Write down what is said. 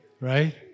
right